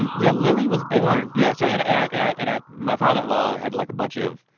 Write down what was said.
um yeah, lily was born. yeah, so and and i mean i and i my father in law had like a bunch of,